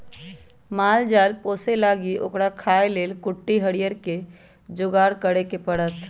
माल जाल पोशे लागी ओकरा खाय् लेल कुट्टी हरियरी कें जोगार करे परत